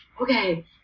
Okay